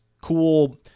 cool